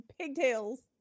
pigtails